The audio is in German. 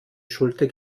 schulter